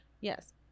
Yes